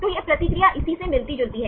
तो यह प्रतिक्रिया इसी से मिलती जुलती है